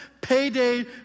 payday